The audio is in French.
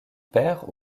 père